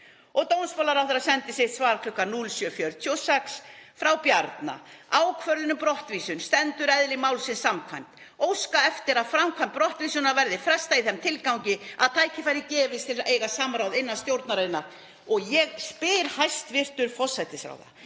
Dómsmálaráðherra sendi sitt svar kl. 07:46: „Frá Bjarna: Ákvörðun um brottvísun stendur eðli málsins samkvæmt. Óska eftir að framkvæmd brottvísunar verði frestað í þeim tilgangi að tækifæri gefist til að eiga samráð innan stjórnarinnar.“ Ég spyr hæstv. forsætisráðherra: